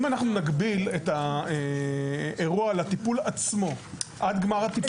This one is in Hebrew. אם אנחנו נגביל את האירוע לטיפול עצמו עד גמר הטיפול.